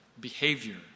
Behavior